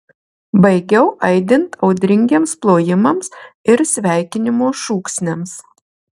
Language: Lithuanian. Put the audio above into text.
baigiau aidint audringiems plojimams ir sveikinimo šūksniams